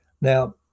now